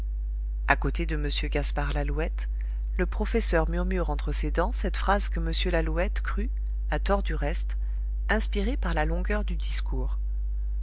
a côté de m gaspard lalouette le professeur murmure entre ses dents cette phrase que m lalouette crut à tort du reste inspirée par la longueur du discours